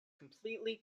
completely